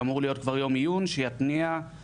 אמור להיות כבר יום עיון שיתניע את כל פרויקט.